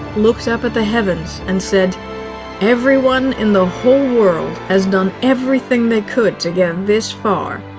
looked up at the heavens, and said everyone in the whole world has done everything they could to get this far.